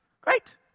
Great